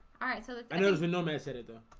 alright, so there's no mass editor.